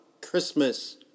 Christmas